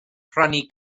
prynu